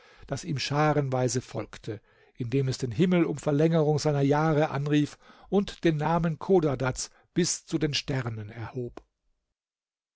das ihm scharenweise folgte indem es den himmel um verlängerung seiner jahre anrief und den namen chodadads bis zu den sternen erhob